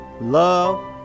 love